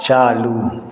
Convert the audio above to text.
चालू